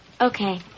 Okay